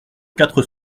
quatre